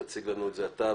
תציג לנו את הזה אתה,